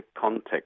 context